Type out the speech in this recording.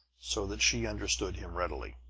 so that she understood him readily.